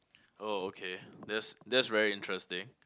oh okay that's that's very interesting